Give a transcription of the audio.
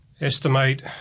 estimate